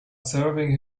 serving